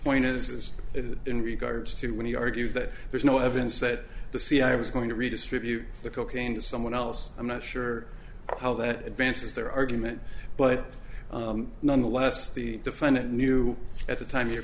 it is in regards to when he argued that there's no evidence that the cia was going to redistribute the cocaine to someone else i'm not sure how that advances their argument but nonetheless the defendant knew at the time you